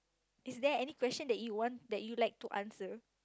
is there any question that you want that you like to answer